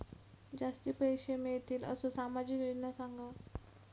जास्ती पैशे मिळतील असो सामाजिक योजना सांगा?